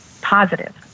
positive